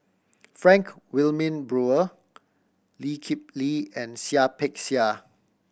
Frank Wilmin Brewer Lee Kip Lee and Seah Peck Seah